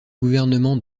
gouvernement